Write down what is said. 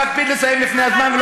אני מקפיד לסיים לפני הזמן.